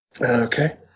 Okay